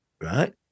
right